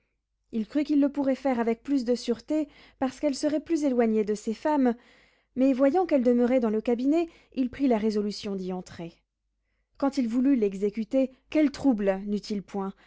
il crut qu'il le pourrait faire avec plus de sûreté parce qu'elle serait plus éloignée de ses femmes mais voyant qu'elle demeurait dans le cabinet il prit la résolution d'y entrer quand il voulut l'exécuter quel trouble n'eut-il point